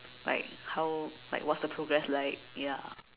like how like what's the progress like ya